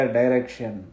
direction